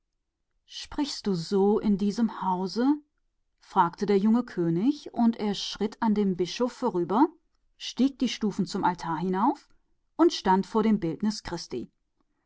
sagst du das in diesem hause sprach der junge könig und schritt an dem bischof vorbei und stieg die stufen des altars hinauf und stand vor dem bildnis christi